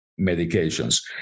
medications